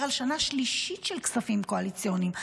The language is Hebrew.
על שנה שלישית של כספים קואליציוניים,